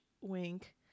wink